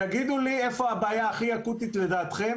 תגידו לי איפה הבעיה הכי אקוטית לדעתכם